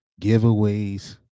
giveaways